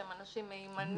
לוודא שהם אנשים מהימנים.